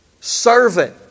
Servant